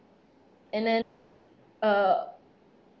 and then uh